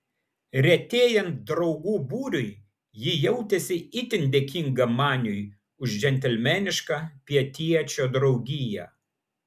retėjant draugų būriui ji jautėsi itin dėkinga maniui už džentelmenišką pietiečio draugiją